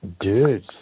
Dude